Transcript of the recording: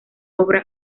obra